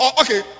okay